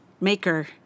maker